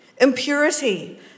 impurity